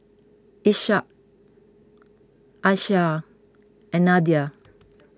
Ishak Aishah and Nadia